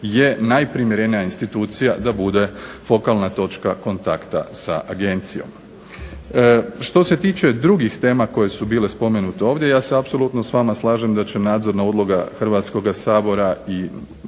je najprimjerenija institucija da bude fokalna točka kontakta sa agencijom. Što se drugih tema koje su bile ovdje spomenute, ja se apsolutno s vama slažem da će nadzorna uloga Hrvatskoga sabora i relevantnih